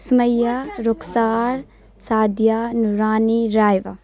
Sumaiya Rukhsar Saadia Noorani Raiba